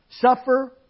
Suffer